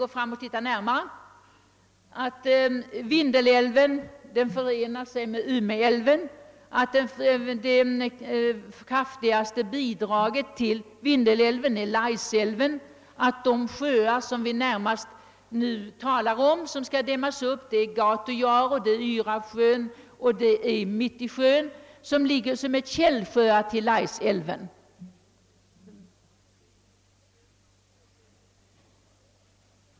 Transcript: Ni ser på kartan att Vindelälven förenar sig med Umeälven, att det kraftigaste flödet till Vindelälven är Laisälven samt att de sjöar som vi nu närmast talar om och som skall dämmas upp är Gautojaure, Mittisjön och Yraf, vilka är källsjöar till Laisälven.